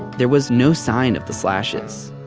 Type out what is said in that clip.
there was no sign of the slashes.